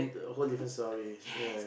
whole different story ya